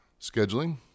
scheduling